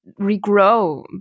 regrow